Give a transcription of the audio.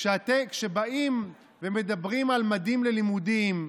כשבאים ומדברים על ממדים ללימודים,